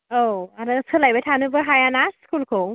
औ आरो सोलायबाय थानोबो हाया ना स्कुलखौ